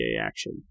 action